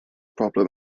problem